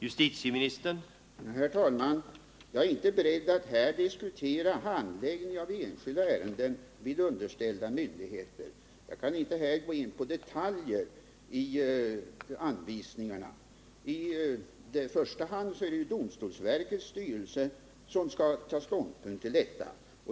Herr talman! Jag är inte beredd att här diskutera handläggningen av enskilda ärenden vid underställda myndigheter. Jag kan heller inte här gå in på detaljer i anvisningarna. I första hand är det ju domstolsverkets styrelse som skall ta ställning till detta.